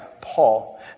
Paul